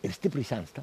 ir stipriai sensta